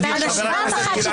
חבר הכנסת רוטמן, חבר הכנסת רוטמן.